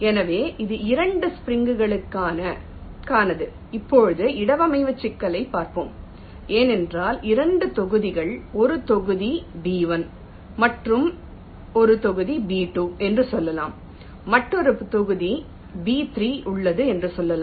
எனவே இது இரண்டு ஸ்ப்ரிங் களுக்கானது இப்போது இடவமைவு சிக்கலைப் பார்ப்போம் ஏனென்றால் இரண்டு தொகுதிகள் ஒரு தொகுதி B1 மற்றும் ஒரு தொகுதி B2 என்று சொல்லலாம் மற்றொரு தொகுதி B3 உள்ளது என்று சொல்லலாம்